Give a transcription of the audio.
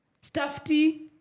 Stuffy